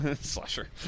Slasher